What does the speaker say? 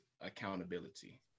accountability